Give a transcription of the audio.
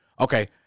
okay